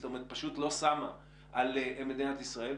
זאת אומרת פשוט לא שמה על מדינת ישראל,